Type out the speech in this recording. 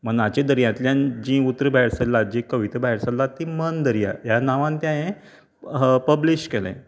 मनाचे दर्यांतल्यान जीं उतरां भायर सरलां जीं कविता भायर सरला ती मन दर्या ह्या नांवान तें हांयेन पब्लीश केलें